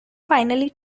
finally